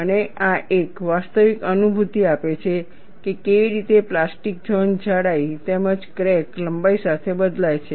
અને આ એક વાસ્તવિક અનુભૂતિ આપે છે કે કેવી રીતે પ્લાસ્ટિક ઝોન જાડાઈ તેમજ ક્રેક લંબાઈ સાથે બદલાય છે